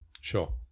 Sure